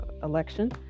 election